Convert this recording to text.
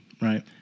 right